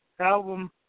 album